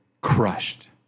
crushed